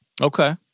okay